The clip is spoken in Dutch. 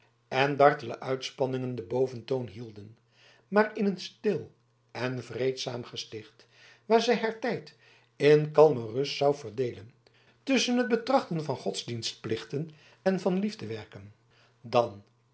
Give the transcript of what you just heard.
en dartele uitspanningen den boventoon hielden maar in een stil en vreedzaam gesticht waar zij haar tijd in kalme rust zou verdeelen tusschen het betrachten van godsdienstplichten en van liefdewerken dan